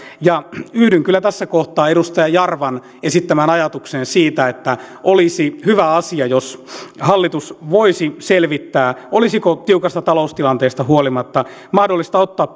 ja yhdyn kyllä tässä kohtaa edustaja jarvan esittämään ajatukseen siitä että olisi hyvä asia jos hallitus voisi selvittää olisiko tiukasta taloustilanteesta huolimatta mahdollista ottaa